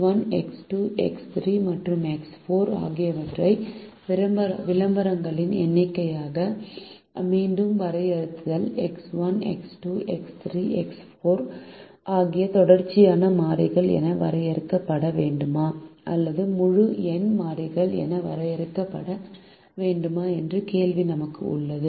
X 1 x 2 x 3 மற்றும் x 4 X1 X2 X3 X4ஆகியவற்றை விளம்பரங்களின் எண்ணிக்கையாக மீண்டும் வரையறுத்துள்ளதால் x 1 x 2 x 3 x 4 X1 X2 X3 X4 ஆகியவை தொடர்ச்சியான மாறிகள் என வரையறுக்கப்பட வேண்டுமா அல்லது முழு எண் மாறிகள் என வரையறுக்கப்பட வேண்டுமா என்ற கேள்வி நமக்கு உள்ளது